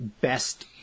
best